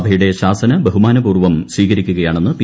സഭയുടെ ശ്രീസ്ന് ബഹുമാനപൂർവം സ്വീകരിക്കുകയാണെന്ന് പി